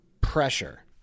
pressure